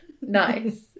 nice